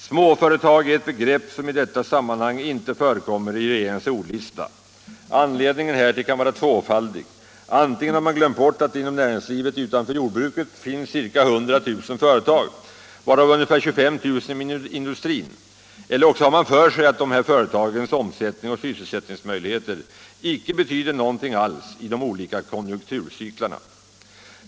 Småföretag är ett begrepp som i detta sammanhang inte förekommer i regeringens ordlista. Anledningen härtill kan vara tvåfaldig. Antingen har man glömt bort att det inom näringslivet utanför jordbruket finns ca 100 000 företag, varav ungefär 25 000 inom industrin, eller också har man för sig att dessa företags omsättning och sysselsättningsmöjligheter icke betyder någonting alls i de olika konjunkturcyklarna.